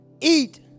eat